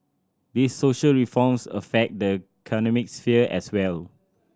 these social reforms affect the economic sphere as well